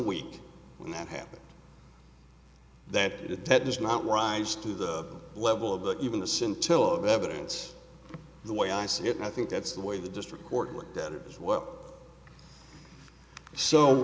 week when that happened that it does not rise to the level of the even the scintilla of evidence the way i see it and i think that's the way the district court looked at it as well